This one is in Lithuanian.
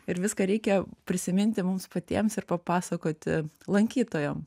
ir viską reikia prisiminti mums patiems ir papasakoti lankytojam